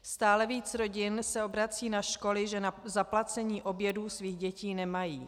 Stále více rodin se obrací na školy, že na zaplacení obědů svých dětí nemají.